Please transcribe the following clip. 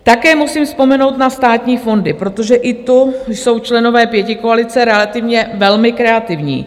Také musím vzpomenout na státní fondy, protože i tu jsou členové pětikoalice relativně velmi kreativní.